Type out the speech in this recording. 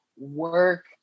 work